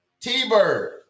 T-Bird